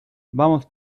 vamos